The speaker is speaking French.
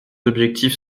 objectifs